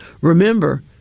remember